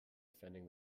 defending